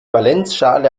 valenzschale